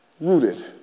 rooted